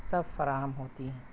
سب فراہم ہوتی ہیں